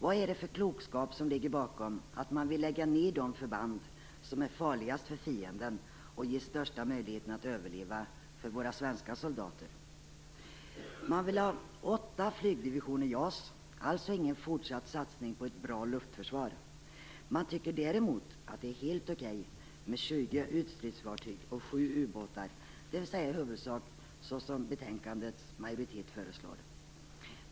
Vad är det för klokskap som ligger bakom att man vill lägga ned de förband som är farligast för fienden och som ger våra svenska soldater den största möjligheten att överleva? Man vill ha 8 flygdivisioner JAS - alltså ingen fortsatt satsning på ett bra luftförsvar. Man tycker däremot att det är helt okej med 20 ytstridsfartyg och 7 ubåtar, dvs. i huvudsak som majoriteten föreslår i betänkandet.